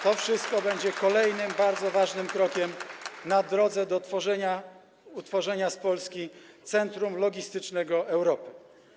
To wszystko będzie kolejnym bardzo ważnym krokiem na drodze do utworzenia z Polski centrum logistycznego Europy.